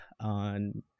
on